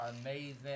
amazing